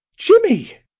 jimmie!